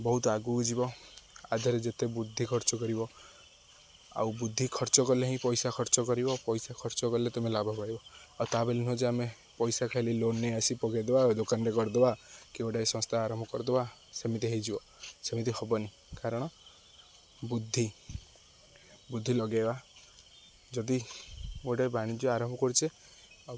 ବହୁତ ଆଗକୁ ଯିବ ଆଦେହରେ ଯେତେ ବୁଦ୍ଧି ଖର୍ଚ୍ଚ କରିବ ଆଉ ବୁଦ୍ଧି ଖର୍ଚ୍ଚ କଲେ ହିଁ ପଇସା ଖର୍ଚ୍ଚ କରିବ ପଇସା ଖର୍ଚ୍ଚ କଲେ ତମେ ଲାଭ ପାଇିବ ଆଉ ତା ବୋଲି ନୁହଁ ଯେ ଆମେ ପଇସା ଖାଲି ଲୋନ୍ ନେଇ ଆସି ପକେଇଦବା ଦୋକାନଟେ କରିଦେବା କି ଗୋଟେ ସଂସ୍ଥା ଆରମ୍ଭ କରିଦେବା ସେମିତି ହୋଇଯିବ ସେମିତି ହେବନି କାରଣ ବୁଦ୍ଧି ବୁଦ୍ଧି ଲଗେଇବା ଯଦି ଗୋଟେ ବାଣିଜ୍ୟ ଆରମ୍ଭ କରୁଛେ ଆଉ